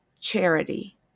charity